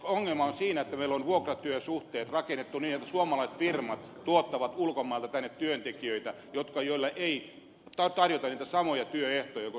ongelma on siinä että meillä on vuokratyösuhteet rakennettu niin että suomalaiset firmat tuottavat ulkomailta tänne työntekijöitä joille ei tarjota niitä samoja työehtoja kuin suomalaisille